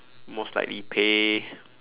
most likely pay